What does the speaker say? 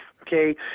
Okay